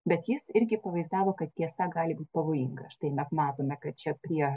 bet jis irgi pavaizdavo kad tiesa gali būt pavojinga štai mes matome kad čia prie